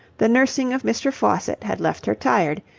the nursing of mr. faucitt had left her tired,